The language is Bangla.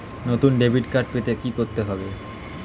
নতুন ডেবিট কার্ড পেতে কী করতে হবে?